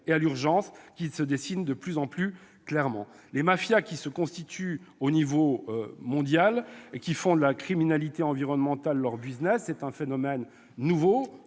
ni à l'urgence qui se dessine de plus en plus clairement. Les mafias qui se constituent à l'échelle mondiale et qui font de la criminalité environnementale leur constituent un phénomène nouveau,